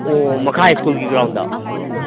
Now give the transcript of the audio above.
ꯑꯣ ꯃꯈꯥ ꯁ꯭ꯀꯨꯜꯒꯤ ꯒ꯭ꯔꯥꯎꯟꯗ ꯑꯥ